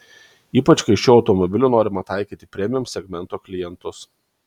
ypač kai šiuo automobiliu norima taikyti į premium segmento klientus